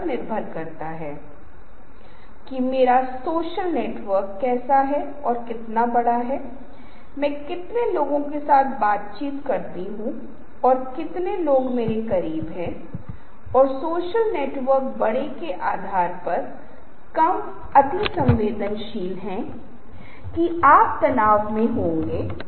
उदाहरण के लिए इन प्रस्तुतियों में मैं शीर्षक ग्रंथों के लिए उपयोग कर रहा हूं 36 बोल्ड का फ़ॉन्ट आकार और मेरे अधिकांश उप ग्रंथों के लिए जो 28 और 24 के बीच मोटे तौर पर किसी भी चीज के फ़ॉन्ट आकार का उपयोग करके स्लाइड है